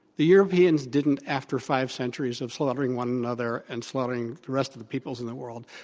the europeans didn't, after five centuries of slaughtering one another and slaughtering the rest of the peoples in the world,